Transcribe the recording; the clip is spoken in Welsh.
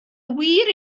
wir